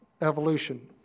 evolution